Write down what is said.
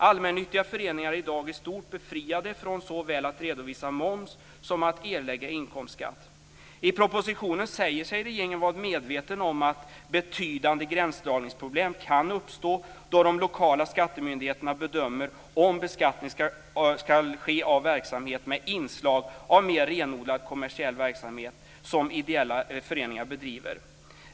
Allmännyttiga föreningar är i dag i stort befriade från såväl att redovisa moms som att erlägga inkomstskatt. I propositionen säger sig regeringen vara medveten om att "betydande gränsdragningsproblem kan uppstå då de lokala skattemyndigheterna bedömer om beskattning skall ske av verksamhet, med inslag av mer renodlad kommersiell företagsamhet, som ideella föreningar bedriver".